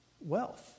wealth